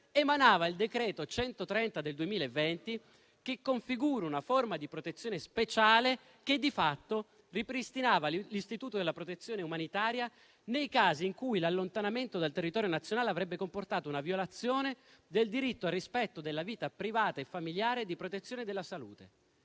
emanava il decreto-legge 21 ottobre 2020, n. 130, configurando una forma di protezione speciale che di fatto ripristinava l'istituto della protezione umanitaria nei casi in cui l'allontanamento dal territorio nazionale avrebbe comportato una violazione del diritto al rispetto della vita privata e familiare e di protezione della salute.